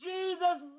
Jesus